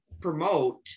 promote